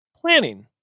Planning